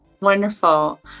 Wonderful